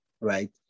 Right